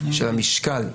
של המשקל,